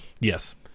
Yes